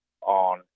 on